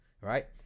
right